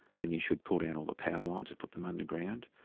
then you should pull down all the power lines and put them underground,